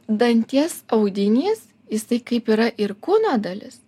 danties audinys jisai kaip yra ir kūno dalis